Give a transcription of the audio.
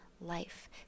life